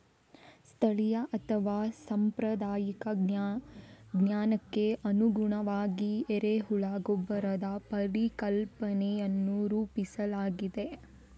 ಸ್ಥಳೀಯ ಅಥವಾ ಸಾಂಪ್ರದಾಯಿಕ ಜ್ಞಾನಕ್ಕೆ ಅನುಗುಣವಾಗಿ ಎರೆಹುಳ ಗೊಬ್ಬರದ ಪರಿಕಲ್ಪನೆಯನ್ನು ರೂಪಿಸಲಾಗಿದೆ